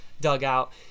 dugout